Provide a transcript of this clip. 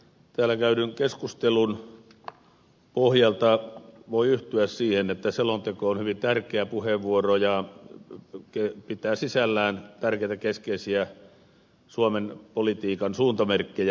täällä käydyn keskustelun pohjalta voi yhtyä siihen että selonteko on hyvin tärkeä puheenvuoro ja pitää sisällään tärkeitä ja keskeisiä suomen politiikan suuntamerkkejä